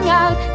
out